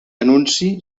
anunci